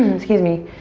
excuse me.